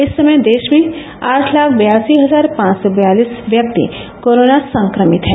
इस समय देश में आठ लाख बयासी हजार पांच सौ बयालिस व्यक्ति कोरोना संक्रमित हैं